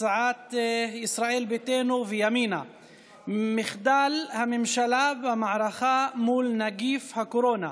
הצעת ישראל ביתנו וימינה: מחדל הממשלה במערכה מול נגיף הקורונה.